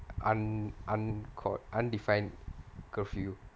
hmm un~ called undefined curfew